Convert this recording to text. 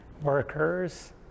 workers